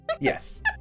Yes